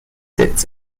sits